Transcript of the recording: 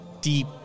deep